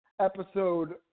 Episode